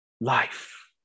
life